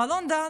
מלון דן,